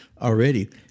already